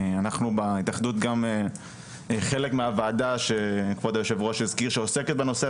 אנחנו בהתאחדות גם חלק מהוועדה שכבוד היו"ר הזכיר שעוסקת בנושא,